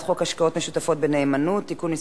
חוק השקעות משותפות בנאמנות (תיקון מס'